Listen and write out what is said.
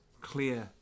clear